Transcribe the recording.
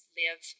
live